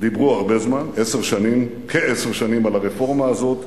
דיברו הרבה זמן, כעשר שנים, על הרפורמה הזאת.